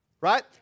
right